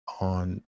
on